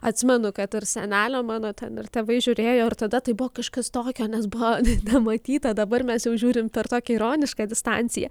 atsimenu kad ir senelė mano ten ir tėvai žiūrėjo ir tada tai buvo kažkas tokio nes buvo nematyta dabar mes jau žiūrim per tokią ironišką distanciją